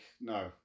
no